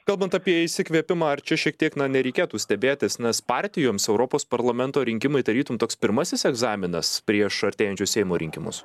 kalbant apie isikvėpimą ar čia šiek tiek na nereikėtų stebėtis nes partijoms europos parlamento rinkimai tarytum toks pirmasis egzaminas prieš artėjančius seimo rinkimus